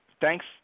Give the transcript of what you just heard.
thanks